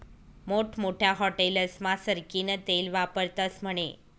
मोठमोठ्या हाटेलस्मा सरकीनं तेल वापरतस म्हने